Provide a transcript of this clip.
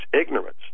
ignorance